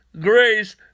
grace